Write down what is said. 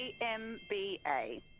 A-M-B-A